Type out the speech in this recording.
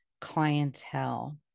clientele